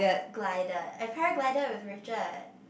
glider a parry glider with Richard